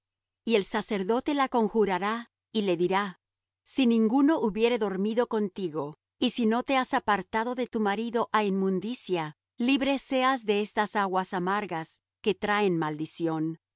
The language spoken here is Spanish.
y el sacerdote la conjurará y le dirá si ninguno hubiere dormido contigo y si no te has apartado de tu marido á inmundicia libre seas de estas aguas amargas que traen maldición